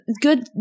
good